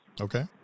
Okay